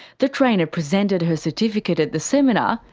the trainer presented her certificate at the seminar,